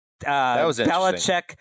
Belichick